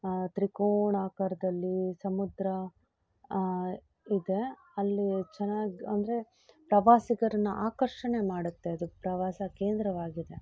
ತ್ರಿಕೋಣಾಕಾರದಲ್ಲಿ ಸಮುದ್ರ ಇದೆ ಅಲ್ಲಿ ಚೆನ್ನಾಗಿ ಅಂದರೆ ಪ್ರವಾಸಿಗರನ್ನು ಆಕರ್ಷಣೆ ಮಾಡುತ್ತೆ ಅದು ಪ್ರವಾಸ ಕೇಂದ್ರವಾಗಿದೆ